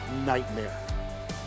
nightmare